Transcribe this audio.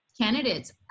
candidates